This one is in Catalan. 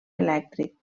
elèctric